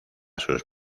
sus